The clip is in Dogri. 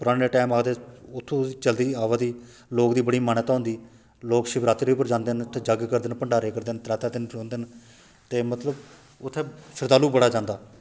पराने टाइम आखदे उत्थुं चलदी आवा दी लोक दी बड़ी मान्यता होंदी लोक शिवरात्री उप्पर जांदे न ते जग करदे ना भंडारे करदे न ते त्रै त्रै दिन रौंह्दे न ते मतलब उत्थै शरधालू बड़ा जांदा